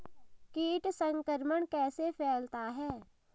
कीट संक्रमण कैसे फैलता है?